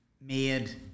made